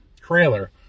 trailer